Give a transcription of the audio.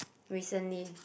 recently